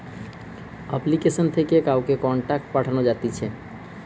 application থেকে কাউকে contact পাঠানো যাতিছে